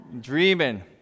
dreaming